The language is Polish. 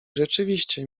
rzeczywiście